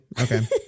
Okay